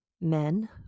men